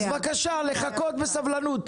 אז בבקשה, לחכות בסבלנות.